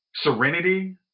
Serenity